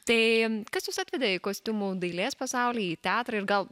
tai kas jus atvedė į kostiumų dailės pasaulį į teatrą ir gal